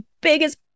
biggest